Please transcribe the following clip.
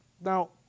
Now